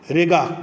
रेगा